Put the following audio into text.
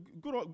Good